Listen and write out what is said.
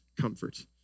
comfort